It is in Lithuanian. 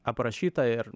aprašyta ir